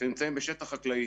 שנמצאים בשטח חקלאי